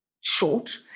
short